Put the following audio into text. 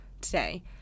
today